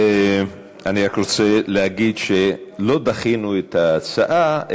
אני רק רוצה להגיד שלא דחינו את ההצעה,